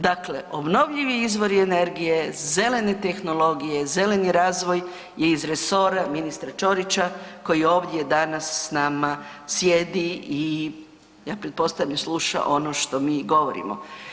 Dakle, obnovljivi izvori energije, zelene tehnologije, zeleni razvoj je iz resora ministra Ćorića koji ovdje danas s nama sjedi i ja pretpostavljam sluša ono što mi govorimo.